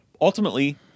Ultimately